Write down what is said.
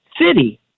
city